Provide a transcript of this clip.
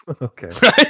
Okay